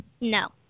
No